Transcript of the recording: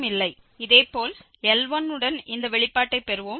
இதேபோல் L1 உடன் இந்த வெளிப்பாட்டைப் பெறுவோம்